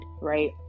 right